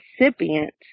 recipient